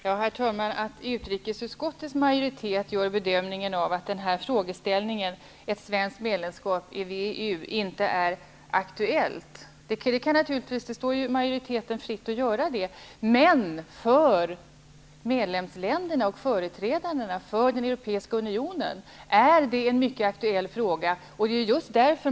Herr talman! Det står utrikesutskottets majoritet fritt att göra bedömningen att denna frågeställning, ett svenskt medlemskap i WEU, inte är aktuell. Men för medlemsländerna och företrädarna för Europeiska unionen är det en mycket aktuell fråga.